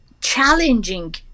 challenging